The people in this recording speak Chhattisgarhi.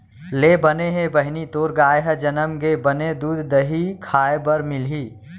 ले बने हे बहिनी तोर गाय ह जनम गे, बने दूद, दही खाय बर मिलही